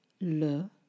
Le